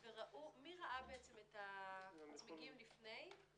מי ראה את הצמיגים לפני?